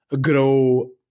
grow